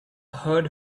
heard